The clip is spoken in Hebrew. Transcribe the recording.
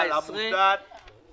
רביזיה על עמותה מספר 19 ברשימה.